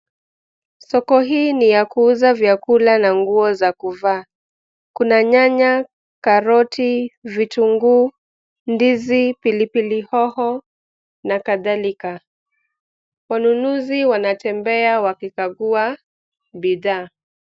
Soko hii ni ya kuuza vyakula na nguo za kuvaa, kuna nyanya, karoti, vitunguu, ndizi, pilipili hoho na kadhalika. Wanunuzi wanatembea wakikagua bidhaa.